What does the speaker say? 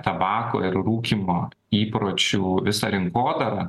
tabako ir rūkymo įpročių visą rinkodarą